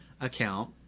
account